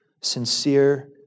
sincere